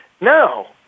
No